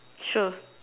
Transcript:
sure